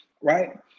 Right